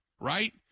right